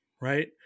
right